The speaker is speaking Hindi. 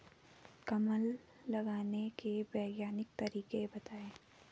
कमल लगाने के वैज्ञानिक तरीके बताएं?